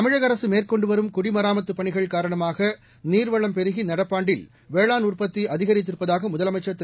தமிழக அரசு மேற்கொண்டு வரும் குடிமராமத்துப் பணிகள் காரணமாக நீர்வளம் பெருகி நடப்பாண்டில் வேளாண் உற்பத்தி அதிகரித்திருப்பதாக முதலமைச்சர் திரு